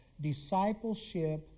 Discipleship